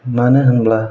मानो होनब्ला